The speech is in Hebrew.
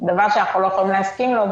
דבר שאנחנו לא יכולים להסכים לו,